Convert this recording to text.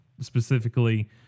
specifically